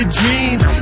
dreams